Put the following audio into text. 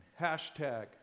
hashtag